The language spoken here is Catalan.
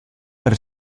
per